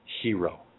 hero